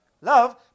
love